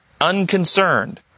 unconcerned